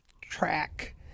track